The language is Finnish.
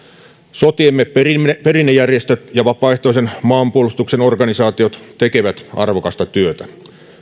sotiemme perinnejärjestöt ja vapaaehtoisen maanpuolustuksen organisaatiot tekevät arvokasta työtä